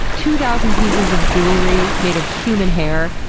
two thousand pieces of jewelry made of human hair.